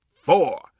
four